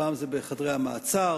פעם זה בחדרי המעצר,